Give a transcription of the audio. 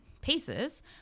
paces